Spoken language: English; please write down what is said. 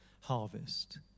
harvest